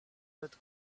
that